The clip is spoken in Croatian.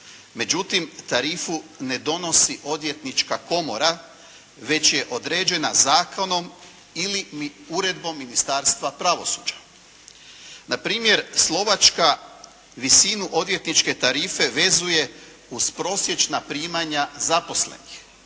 Međutim tarifu ne donosi odvjetnička komora, već je određena zakonom ili uredbom Ministarstva pravosuđa. Na primjer Slovačka visinu odvjetničke tarife vezuje uz prosječna primanja zaposlenih.